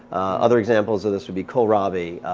other examples of this would be kohlrabi,